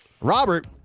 Robert